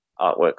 artworks